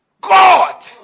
God